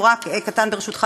ברשותך,